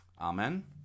amen